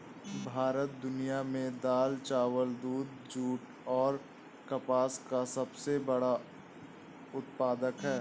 भारत दुनिया में दाल, चावल, दूध, जूट और कपास का सबसे बड़ा उत्पादक है